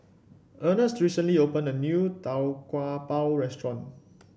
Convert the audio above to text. Ernst recently opened a new Tau Kwa Pau restaurant